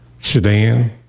sedan